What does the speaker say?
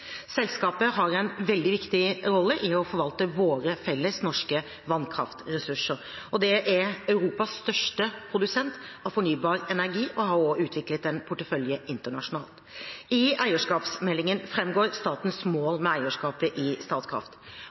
Selskapet har en veldig viktig rolle i å forvalte våre felles norske vannkraftressurser. Det er Europas største produsent av fornybar energi og har også utviklet en portefølje internasjonalt. I eierskapsmeldingen framgår statens mål med eierskapet i Statkraft.